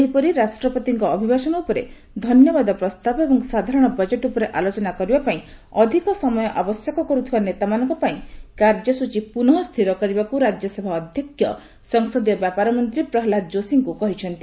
ସେହିପରି ରାଷ୍ଟ୍ରପତିଙ୍କ ଅଭିଭାଷଣ ଉପରେ ଧନ୍ୟବାଦ ପ୍ରସ୍ତାବ ଏବଂ ସାଧାରଣ ବଜେଟ୍ ଉପରେ ଆଲୋଚନା କରିବା ପାଇଁ ଅଧିକ ସମୟ ଆବଶ୍ୟକ କରୁଥିବା ନେତାମାନଙ୍କ ପାଇଁ କାର୍ଯ୍ୟସୂଚୀ ପୁନଃ ସ୍ଥିର କରିବାକୁ ରାଜ୍ୟସଭା ଅଧ୍ୟକ୍ଷ ସଂସଦୀୟ ବ୍ୟାପାର ମନ୍ତ୍ରୀ ପ୍ରହଲ୍ଲାଦ ଯୋଶୀଙ୍କ କହିଚ୍ଛନ୍ତି